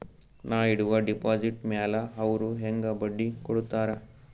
ನಾ ಇಡುವ ಡೆಪಾಜಿಟ್ ಮ್ಯಾಲ ಅವ್ರು ಹೆಂಗ ಬಡ್ಡಿ ಕೊಡುತ್ತಾರ?